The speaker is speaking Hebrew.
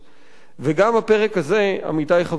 וגם הפרק הזה, עמיתי חברי הכנסת,